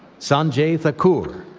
sanjay thakur.